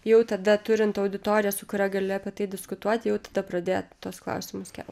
jau tada turint auditoriją su kuria gali apie tai diskutuoti jau tada pradėt tuos klausimus kelt